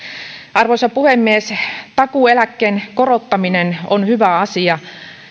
arvoisa puhemies takuueläkkeen korottaminen on hyvä asia